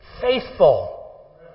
Faithful